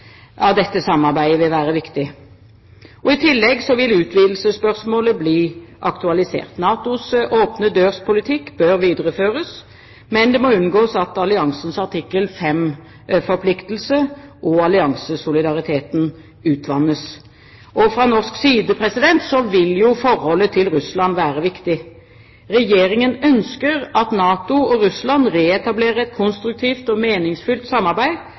av dette samarbeidet vil være viktig. I tillegg vil utvidelsesspørsmålet bli aktualisert. NATOs åpen dør-politikk bør videreføres, men det må unngås at alliansens artikkel 5-forpliktelse og alliansesolidariteten utvannes. Fra norsk side vil forholdet til Russland være viktig. Regjeringen ønsker at NATO og Russland reetablerer et konstruktivt og meningsfylt samarbeid